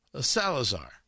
Salazar